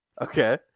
Okay